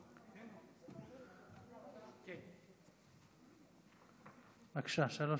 בבקשה, שלוש